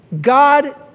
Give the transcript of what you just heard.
God